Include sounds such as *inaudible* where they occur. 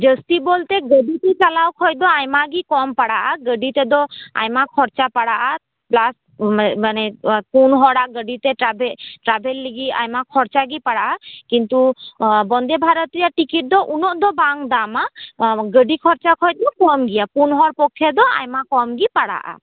ᱡᱟᱹᱥᱛᱤ ᱵᱚᱞᱛᱮ ᱜᱟᱹᱰᱤᱛᱮ ᱪᱟᱞᱟᱣ ᱠᱷᱚᱱ ᱫᱚ ᱟᱭᱢᱟᱜᱮ ᱠᱚᱢ ᱯᱟᱲᱟᱜᱼᱟ ᱜᱟᱹᱰᱤ ᱛᱮᱫᱚ ᱟᱭᱢᱟ ᱠᱷᱚᱨᱪᱟ ᱯᱟᱲᱟᱜᱼᱟ ᱯᱞᱟᱥ *unintelligible* ᱢᱟᱱᱮ ᱯᱩᱱ ᱦᱚᱲᱟᱜ ᱜᱟᱹᱰᱤ ᱛᱮ ᱴᱨᱟᱵᱷᱮᱞ ᱴᱨᱟᱵᱷᱮᱞ ᱞᱟᱹᱜᱤᱫ ᱟᱭᱢᱟ ᱠᱷᱚᱨᱪᱟᱜᱮ ᱯᱟᱲᱟᱜᱼᱟ ᱠᱤᱱᱛᱩ ᱵᱚᱱᱫᱮᱵᱷᱟᱨᱚᱛ ᱨᱮᱱᱟᱜ ᱴᱤᱠᱤᱴ ᱫᱚ ᱩᱱᱟᱹᱜ ᱫᱚ ᱵᱟᱝ ᱫᱟᱢᱟ ᱜᱟᱹᱰᱤ ᱠᱷᱚᱨᱪᱟ ᱠᱷᱚᱱ ᱫᱚ ᱠᱚᱢ ᱜᱮᱭᱟ ᱯᱩᱱ ᱦᱚᱲ ᱯᱚᱠᱠᱷᱮ ᱫᱚ ᱟᱭᱢᱟ ᱠᱚᱢᱜᱮ ᱯᱟᱲᱟᱜᱼᱟ